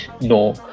no